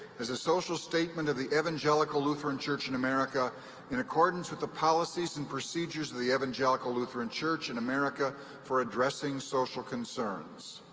as a social statement of the evangelical lutheran church in america in accordance with the policies and procedures of the evangelical lutheran church in america for addressing social concerns